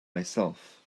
myself